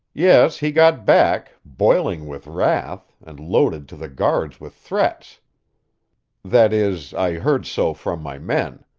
yes, he got back, boiling with wrath, and loaded to the guards with threats that is, i heard so from my men.